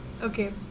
Okay